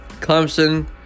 Clemson